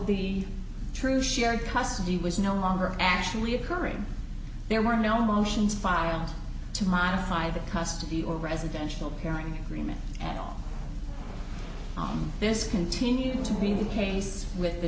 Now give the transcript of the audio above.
the true shared custody was no longer actually occurring there were no motions filed to modify the custody or residential care any agreement at all on this continue to be case with the